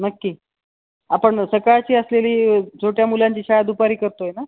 नक्की आपण सकाळची असलेली छोट्या मुलांची शाळा दुपारी करतो आहे ना